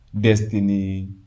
destiny